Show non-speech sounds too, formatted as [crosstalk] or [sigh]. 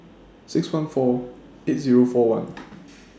six one four eight Zero four one [noise]